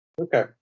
Okay